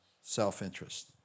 self-interest